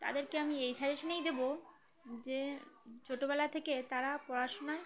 তাদেরকে আমি এই সাজেশনেই দেবো যে ছোটোবেলা থেকে তারা পড়াশোনায়